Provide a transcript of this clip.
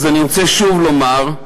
אני רוצה שוב לומר,